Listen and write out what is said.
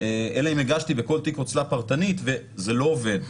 אלא אם הגשתי בכל תיק הוצל"פ פרטנית וזה לא עובד.